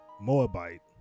Moabite